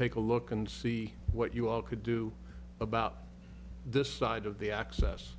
take a look and see what you all could do about this side of the access